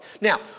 Now